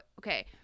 okay